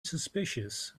suspicious